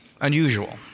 unusual